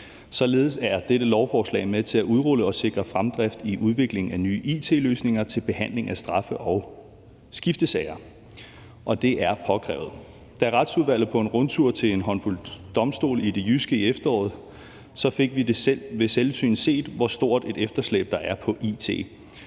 Således er dette lovforslag med til at udrulle og sikre fremdrift i udviklingen af nye it-løsninger til behandling af straffe- og skiftesager, og det er påkrævet. Da Retsudvalget var på en rundtur til en håndfuld domstole i det jyske i efteråret, fik vi ved selvsyn set, hvor stort et efterslæb der er på it,